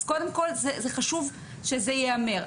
אז קודם כל זה חשוב שזה ייאמר.